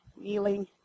kneeling